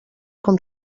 com